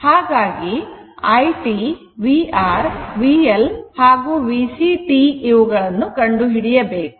ಹಾಗಾಗಿ I t vR t VL t and VC t ಇವುಗಳನ್ನು ಕಂಡುಹಿಡಿಯಬೇಕು